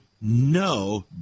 no